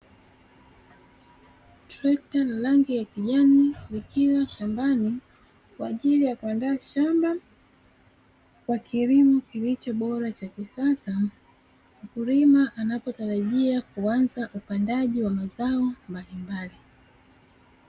Trekta lenye rangi la kijani, likiwa shambani kwa ajili ya kuandaa shamba kwa kilimo kilicho bora cha kisasa. Mkulima anapotarajia kuanza upandaji wa mazao mbalimbali.